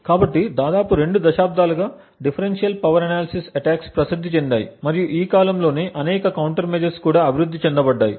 కాబట్టి దాదాపు రెండు దశాబ్దాలుగా డిఫరెన్షియల్ పవర్ ఎనాలిసిస్ అటాక్స్ ప్రసిద్ది చెందాయి మరియు ఈ కాలంలోనే అనేక కౌంటర్ మెజర్స్ కూడా అభివృద్ధి చేయబడ్డాయి